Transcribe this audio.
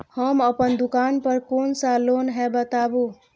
हम अपन दुकान पर कोन सा लोन हैं बताबू?